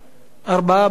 ארבעה בעד,